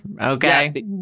Okay